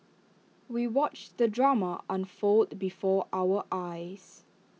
we watched the drama unfold before our eyes